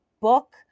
book